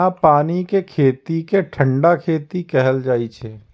बिना पानि के खेती कें ठंढा खेती कहल जाइ छै